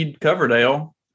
Coverdale